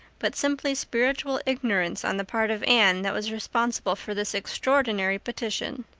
but simply spiritual ignorance on the part of anne that was responsible for this extraordinary petition.